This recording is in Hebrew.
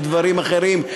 לדברים אחרים,